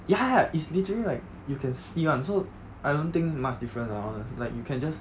ya ya is literally like you can see [one] so I don't think much difference ah honest like you can just